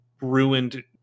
ruined